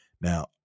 Now